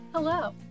Hello